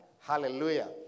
Hallelujah